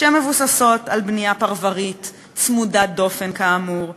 שמבוססות על בנייה פרברית צמודת-דופן כאמור,